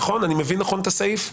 אני מבין נכון את הסעיף?